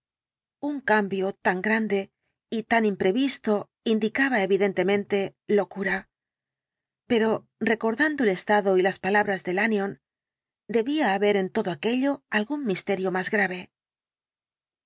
tjn cambio tan grande y tan imprevisto indicaba evidentemente locura pero recordando el estado y las palabras de lanyón debía haber en todo aquello algún misterio más grave